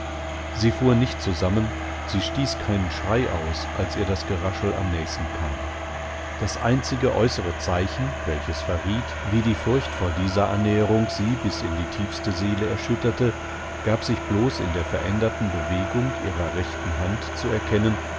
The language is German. sie fuhr nicht zusammen sie stieß keinen schrei aus als ihr das geraschel am nächsten kam das einzige äußere zeichen welches verriet wie die furcht vor dieser annäherung sie bis in die tiefste seele erschütterte gab sich bloß in der veränderten bewegungihrerrechtehandzuerkennen inwelchersiedieschlüsselhielt